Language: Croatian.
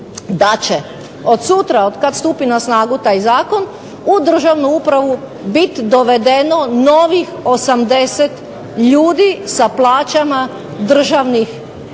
da će od sutra od kada stupi na snagu taj zakon, u državnu upravu biti dovedeno novih 80 ljudi sa plaćama državnih